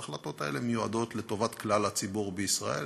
ההחלטות האלה מיועדות לטובת כלל הציבור בישראל,